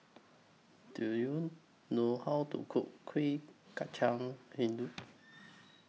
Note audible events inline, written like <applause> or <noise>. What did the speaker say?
Do YOU know How to Cook Kuih Kacang <unintelligible>